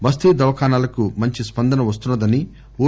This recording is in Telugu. బస్తీ దావఖానాలకు మంచి స్పందన వస్తుందని ఓ